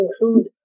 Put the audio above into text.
include